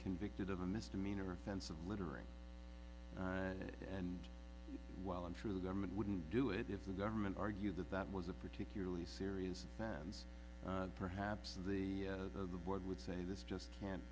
convicted of a misdemeanor offense of littering and while i'm sure the government wouldn't do it if the government argued that that was a particularly serious offense perhaps the the board would say this just can't